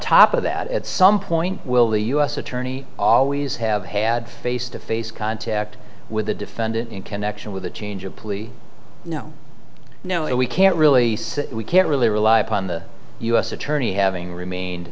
top of that at some point will the u s attorney always have had face to face contact with the defendant in connection with a change of plea no no we can't really we can't really rely upon the u s attorney having remained